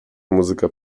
muzyka